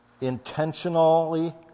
intentionally